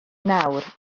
nawr